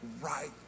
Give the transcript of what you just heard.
right